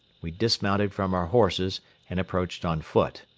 we dismounted from our horses and approached on foot.